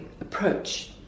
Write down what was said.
approach